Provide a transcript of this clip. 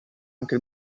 anche